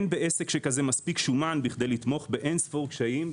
אין בעסק שכזה מספיק "שומן" בכדי לתמוך באין ספור קשיים,